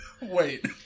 Wait